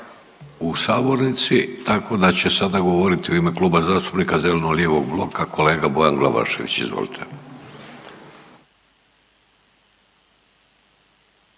u sabornici, tako da će sada govoriti u ime Kluba zastupnika zeleno-lijevog bloka kolega Bojan Glavašević, izvolite.